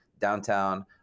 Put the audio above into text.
downtown